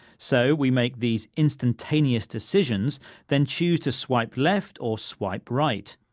so we make these instantaneous decisions then choose to swipe left or swipe right.